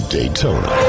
Daytona